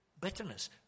bitterness